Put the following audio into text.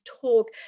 talk